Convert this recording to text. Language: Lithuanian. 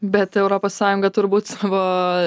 bet europos sąjunga turbūt savo